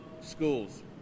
schools